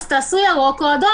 אז תעשו ירוק או אדום.